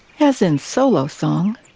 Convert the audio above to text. as in solo song,